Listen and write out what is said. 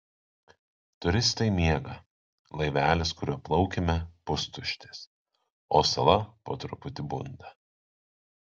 turistai miega laivelis kuriuo plaukėme pustuštis o sala po truputį bunda